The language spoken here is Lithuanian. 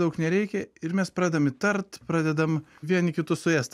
daug nereikia ir mes pradedam įtart pradedam vieni kitus suėst